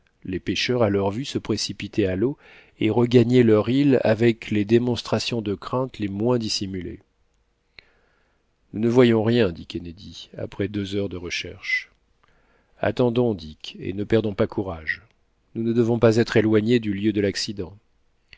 les pécheurs à leur vue se précipitaient à l'eau et regagnaient leur île avec les démonstrations de crainte les moins dissimulées nous ne voyons rien dit kennedy après deux heures de recherches attendons dick et ne perdons pas courage nous ne devons pas être éloignés du lieu de l'accident